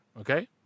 Okay